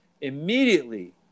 immediately